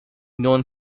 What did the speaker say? known